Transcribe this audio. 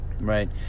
Right